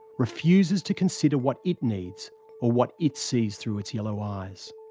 refuses to consider what it needs or what it sees through its yellow eyes.